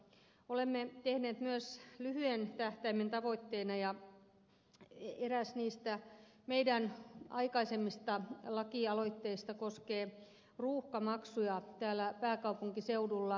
olemme tehneet myös lyhyen tähtäimen tavoitteen ja eräs niistä meidän aikaisemmista lakialoitteistamme koskee ruuhkamaksuja täällä pääkaupunkiseudulla